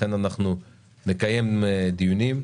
לכן אנחנו נקיים דיונים.